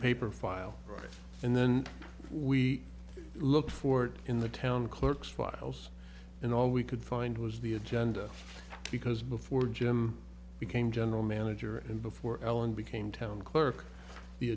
paper file and then we look forward in the town clerk's files and all we could find was the agenda because before jim became general manager and before ellen became town clerk the